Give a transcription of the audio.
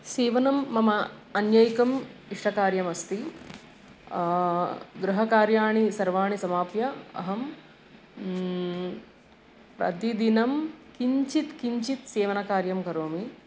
सीवनं मम अन्यैकम् इष्टकार्यमस्ति गृहकार्याणि सर्वाणि समाप्य अहं प्रतिदिनं किञ्चित् किञ्चित् सीवनकार्यं करोमि